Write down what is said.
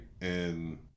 And-